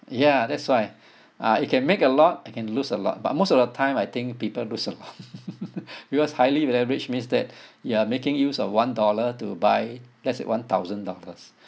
ya that's why uh it can make a lot I can lose a lot but most of the time I think people lose a lot because highly leverage means that you are making use of one dollar to buy let's say one thousand dollars